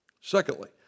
Secondly